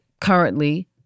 currently